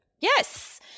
Yes